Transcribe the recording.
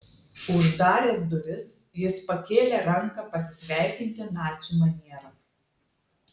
uždaręs duris jis pakėlė ranką pasisveikinti nacių maniera